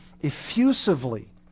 effusively